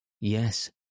Yes